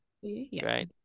Great